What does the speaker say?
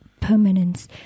permanence